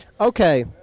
Okay